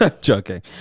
Joking